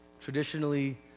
traditionally